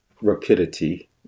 Rapidity